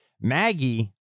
Maggie